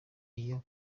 iyo